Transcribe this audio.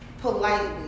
politely